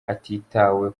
hatitawe